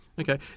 Okay